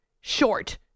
short